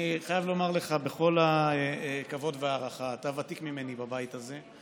אני חייב לומר לך בכל הכבוד וההערכה: אתה ותיק ממני בבית הזה,